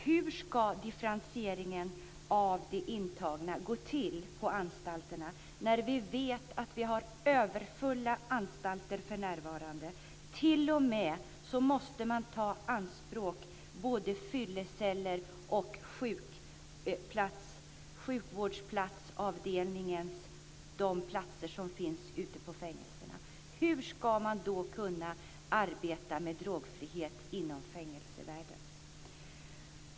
Hur ska differentieringen av de intagna gå till på anstalterna? Vi vet ju att vi för närvarande har överfulla anstalter. Man måste t.o.m. ta både fylleceller och sjukvårdsplatser i anspråk. Hur ska man då kunna arbeta med drogfrihet inom fängelsevärlden?